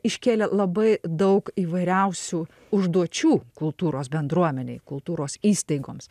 iškėlė labai daug įvairiausių užduočių kultūros bendruomenei kultūros įstaigoms